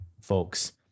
folks